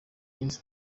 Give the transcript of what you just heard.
iminsi